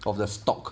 of the stock